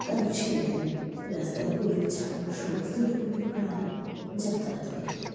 কারণ সেখানে রাস্তায় গরু ছাগল সমস্ত রকমের প্রাণী যাতায়াত করে